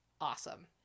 awesome